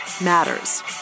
matters